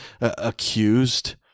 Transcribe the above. accused